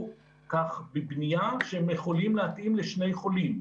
כך בבנייה שהם יכולים להתאים לשני חולים.